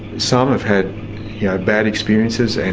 some have had yeah bad experiences, and